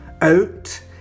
Out